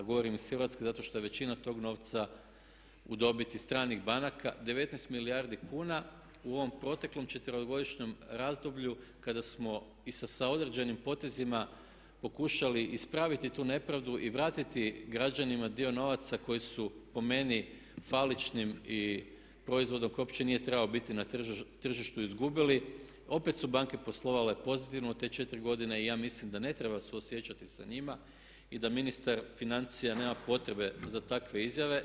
Govorim iz Hrvatske zato što je većina tog novca u dobiti stranih banaka 19 milijardi kuna u ovom proteklom četverogodišnjem razdoblju kada smo i sa određenim potezima pokušali ispraviti tu nepravdu i vratiti građanima dio novaca koji su po meni faličnim i proizvodom koji uopće nije trebao biti na tržištu izgubili opet su banke poslovale pozitivno u te četiri godine i ja mislim da ne treba suosjećati sa njima i da ministar financija nema potrebe za takve izjave.